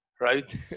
right